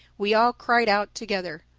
we all cried out together.